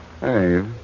Hey